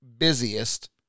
busiest